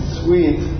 sweet